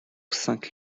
cinq